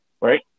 Right